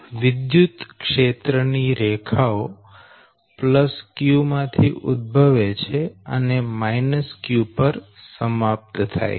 વિદ્યુતક્ષેત્ર ની રેખાઓ q માંથી ઉદભવે છે અને q પર સમાપ્ત થાય છે